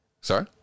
Sorry